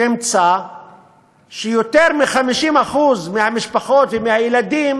תמצא שיותר מ-50% מהמשפחות ומהילדים